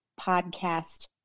podcast